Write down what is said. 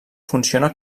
funciona